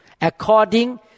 according